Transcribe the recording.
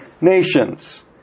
nations